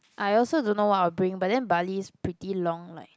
I also don't know what I'll bring but then Bali is pretty long like